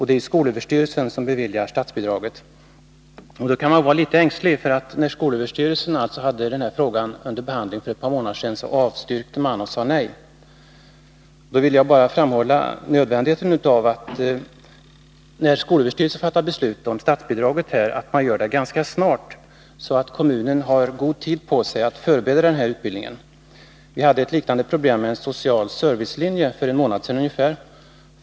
Det är skolöverstyrelsen som beviljar statsbidraget. Man kan då vara litet ängslig, därför att skolstyrelsen avstyrkte och sade nej när den för ett par månader sedan hade denna fråga under behandling. Jag vill då bara framhålla nödvändigheten av att skolöverstyrelsen fattar detta beslut om statsbidrag ganska snart, så att kommunen har god tid på sig att förbereda denna utbildning. Vi hade ett liknande problem med en social servicelinje för ungefär en månad sedan.